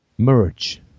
Merge